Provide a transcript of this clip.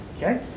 Okay